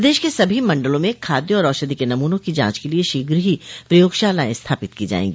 प्रदेश के सभी मंडलों में खाद्य और औषधि के नमूनों की जांच के लिए शीघ ही प्रयोगशालाएं स्थापित की जायेंगी